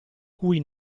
cui